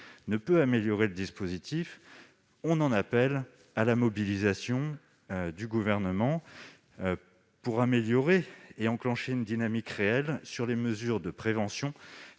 ne peut améliorer le dispositif, nous en appelons à la mobilisation du Gouvernement pour enclencher une dynamique réelle sur les mesures de prévention